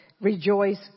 Rejoice